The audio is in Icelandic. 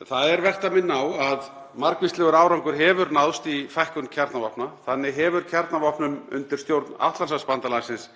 En það er vert að minna á að margvíslegur árangur hefur náðst í fækkun kjarnavopna. Þannig hefur kjarnavopnum undir stjórn Atlantshafsbandalagsins